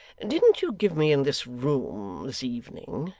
didn't you give me in this room, this evening,